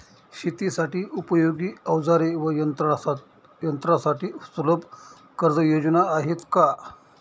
शेतीसाठी उपयोगी औजारे व यंत्रासाठी सुलभ कर्जयोजना आहेत का?